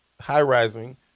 high-rising